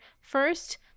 first